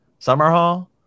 Summerhall